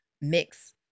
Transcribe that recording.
mix